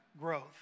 growth